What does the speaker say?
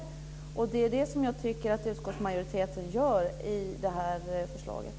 Det är det som jag tycker att utskottsmajoriteten gör i det här förslaget.